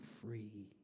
free